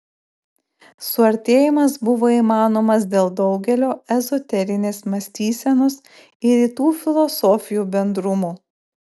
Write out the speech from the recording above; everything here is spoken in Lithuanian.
suartėjimas buvo įmanomas dėl daugelio ezoterinės mąstysenos ir rytų filosofijų bendrumų